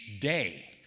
day